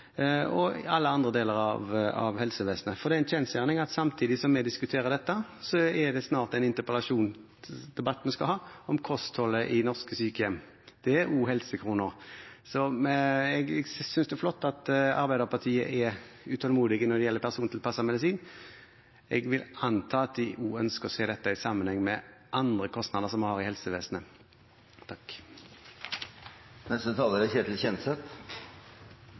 og alle andre deler av helsevesenet. For det er en kjensgjerning at samtidig som vi diskuterer dette, skal vi snart ha en interpellasjonsdebatt om kostholdet i norske sykehjem. Det er også helsekroner. Jeg synes det er flott at Arbeiderpartiet er utålmodige når det gjelder persontilpasset medisin. Jeg vil anta at de også ønsker å se dette i sammenheng med andre kostnader som vi har i helsevesenet. Takk